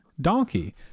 donkey